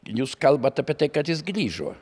jūs kalbat apie tai kad jis grįžo